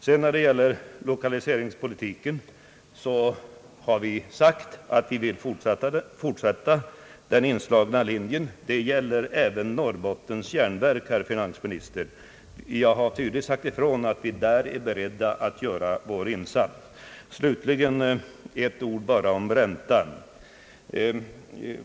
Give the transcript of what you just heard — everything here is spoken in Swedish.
När det sedan gäller lokaliseringspolitiken har vi sagt att vi vill fortsätta på den inslagna linjen. Då tänker jag även på Norrbottens järnverk, herr finansminister — jag har tydligt sagt ifrån att vi är beredda att göra vår insats där. Slutligen bara ett ord om räntan.